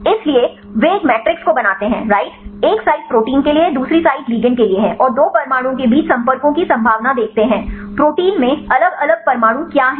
इसलिए वे एक मैट्रिक्स को बनाते हैंराइट एक साइड प्रोटीन के लिए है दूसरी साइड लिगैंड के लिए है और दो परमाणुओं के बीच संपर्कों की संभावना देखते हैं प्रोटीन में अलग अलग परमाणु क्या हैं